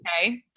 Okay